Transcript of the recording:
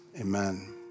Amen